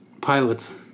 pilots